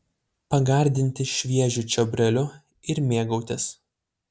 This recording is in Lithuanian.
pagardinti šviežiu čiobreliu ir mėgautis